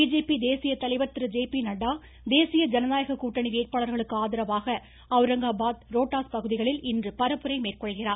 BJP தேசிய தலைவர் திரு ஜே பி நட்டா தேசிய ஜனநாயக கூட்டணி வேட்பாளர்களுக்கு ஆதரவாக ஔரங்காபாத் ரோட்டாஸ் பகுதிகளில் இன்று பரப்புரை மேற்கொள்கிறார்